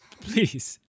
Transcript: Please